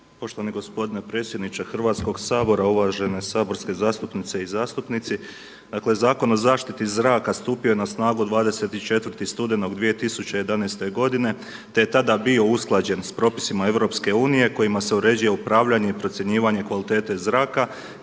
Poštovani gospodine predsjedniče Hrvatskog sabora, uvažene saborske zastupnice i zastupnici, dakle Zakon o zaštiti zraka stupio je na snagu 24. studenog 2011. godine, te je tada bio usklađen sa propisima EU kojima se uređuje upravljanje i procjenjivanje kvalitete zraka